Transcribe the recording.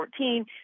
2014